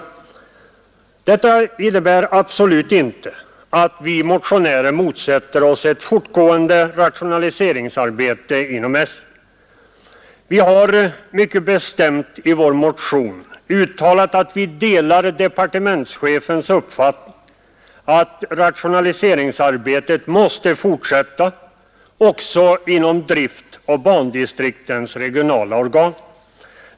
Detta innebär absolut inte att vi motionärer motsätter oss ett fortgående rationaliseringsarbete inom SJ. Vi har mycket bestämt i vår motion uttalat att vi delar departementschefens uppfattning att rationaliseringsarbetet måste fortsätta också inom drift och bandistriktens regionala organ.